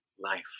life